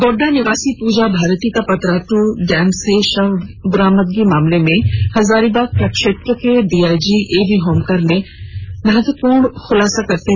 गोड्डा निवासी प्रजा भारती का पतरात् डैम से शव बरामदगी मामले में हजारीबाग प्रक्षेत्र के डीआईजी एवी होमकर ने महत्वपूर्ण खुलासा किया है